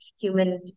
human